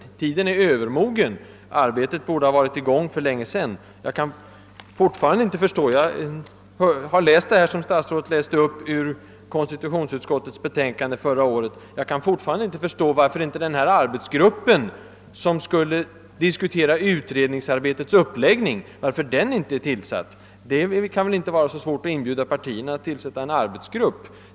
Tiden är nu övermogen och arbetet borde ha varit i gång för länge sedan. Jag har läst i konstitutionsutskottets betänkande från föregående år det som statsrådet citerade, och jag kan fortfarande inte förstå varför den arbetsgrupp som skulle diskutera utredningsarbetets uppläggning inte är tillsatt. Det kan väl inte vara svårt att inbjuda partierna att tillsätta en arbetsgrupp.